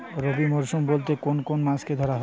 রবি মরশুম বলতে কোন কোন মাসকে ধরা হয়?